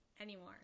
Anymore